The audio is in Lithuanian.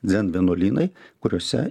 dzen vienuolynai kuriuose